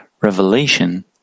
revelation